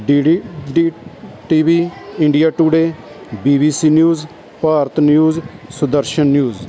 D D T V India Today B V C News Bharat News Sudarshan news